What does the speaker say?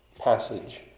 passage